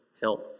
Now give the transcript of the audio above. health